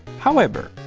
however,